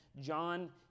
John